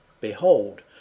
Behold